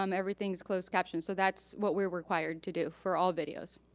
um everything is closed captioned so that's what we're required to do for all videos.